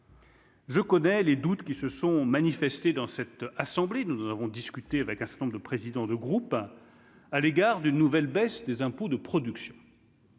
Je connais les doutes qui se sont manifestés dans cette assemblée, nous, nous avons discuté avec un certain nombre de présidents de groupe à l'égard d'une nouvelle baisse des impôts de production.